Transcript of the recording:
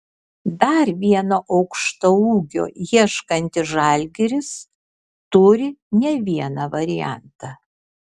dar vieno aukštaūgio ieškantis žalgiris turi ne vieną variantą